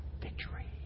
victory